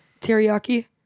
Teriyaki